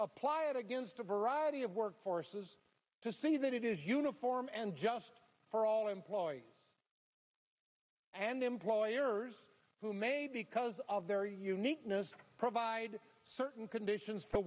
apply it against a variety of work forces to see that it is uniform and just for all employees and employers who may because of their uniqueness provide certain conditions